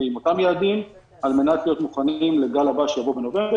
שיבוא בנובמבר.